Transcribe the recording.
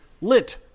Lit